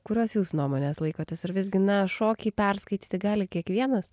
kurios jūs nuomonės laikotės ar visgi na šokį perskaityti gali kiekvienas